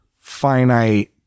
finite